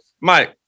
Mike